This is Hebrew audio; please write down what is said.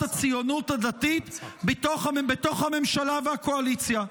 הציונות הדתית בתוך הממשלה והקואליציה.